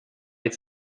its